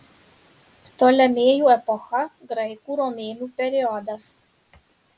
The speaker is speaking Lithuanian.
ptolemėjų epocha graikų romėnų periodas